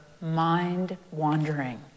mind-wandering